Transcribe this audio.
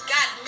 God